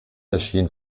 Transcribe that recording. erschien